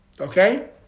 Okay